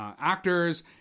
actors